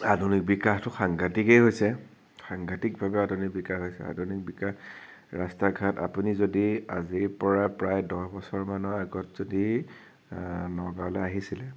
আধুনিক বিকাশতো সাংঘাতিকেই হৈছে সাংঘাতিকভাৱে আধুনিক বিকাশ হৈছে আধুনিক বিকাশ ৰাস্তা ঘাট আপুনি যদি আজিৰ পৰা প্ৰায় দহ বছৰমানৰ আগত যদি নগাঁৱলে আহিছিলে